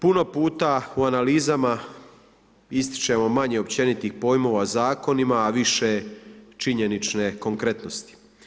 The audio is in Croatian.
Puno puta u analizama ističemo manje općenitih pojmova zakonima, a više činjenične konkretnosti.